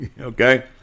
Okay